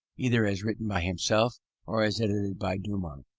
either as written by himself or as edited by dumont.